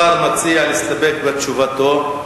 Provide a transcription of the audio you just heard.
השר מציע להסתפק בתשובתו.